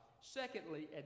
Secondly